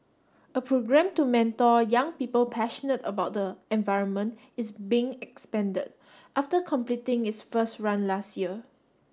a programme to mentor young people passionate about the environment is being expanded after completing its first run last year